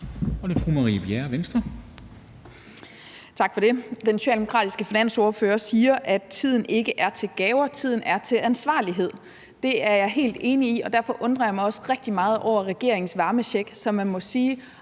Kl. 10:06 Marie Bjerre (V): Tak for det. Den socialdemokratiske finansordfører siger, at tiden ikke er til gaver, tiden er til ansvarlighed. Det er jeg helt enig i, og derfor undrer jeg mig også rigtig meget over regeringens varmecheck, som man må sige